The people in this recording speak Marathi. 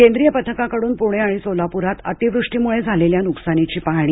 केंद्रीय पथकाकडून पुणे आणि सोलापूरात अतिवृष्टीमुळे झालेल्या नुकसानीची पाहाणी